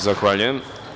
Zahvaljujem.